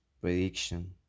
prediction